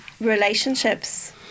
Relationships